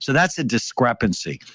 so that's a discrepancy.